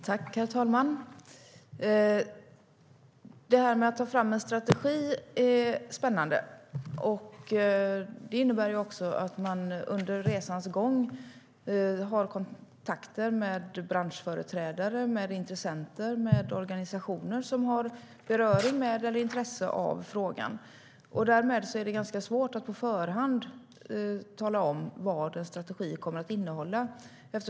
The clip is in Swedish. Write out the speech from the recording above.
Herr talman! Det är spännande att ta fram en strategi. Det innebär att man under resans gång har kontakter med branschföreträdare, intressenter och organisationer som berörs eller har intresse av frågan. Därmed är det ganska svårt att på förhand tala om vad en strategi kommer att innehålla.